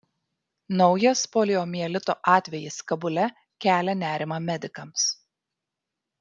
naujas poliomielito atvejis kabule kelia nerimą medikams